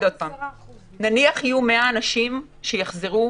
נניח שיהיו 100 אנשים שיחזרו,